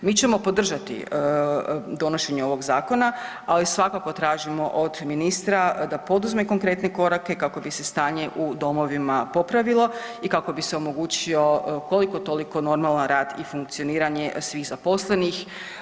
Mi ćemo podržati donošenje ovog zakona, ali svakako tražimo od ministra da poduzme konkretne korake kako bi se stanje u domovima popravilo i kako bi se omogućio koliko toliko normalan rad i funkcioniranje svih zaposlenih.